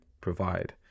provide